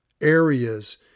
areas